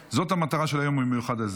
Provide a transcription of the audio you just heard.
זאת המטרה של היום המיוחד הזה.